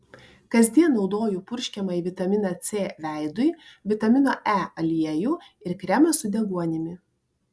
kasdien naudoju purškiamąjį vitaminą c veidui vitamino e aliejų ir kremą su deguonimi